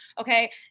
Okay